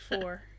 four